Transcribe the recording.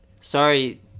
sorry